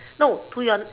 no to your